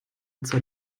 zur